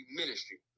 ministry